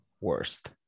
worst